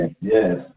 yes